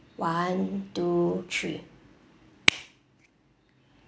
one two three